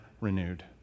renewed